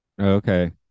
Okay